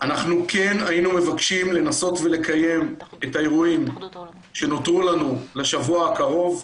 כן היינו מבקשים לנסות לקיים את האירועים שנותרו לנו לשבוע הקרוב.